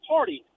Party